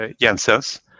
Jensen's